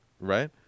right